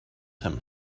him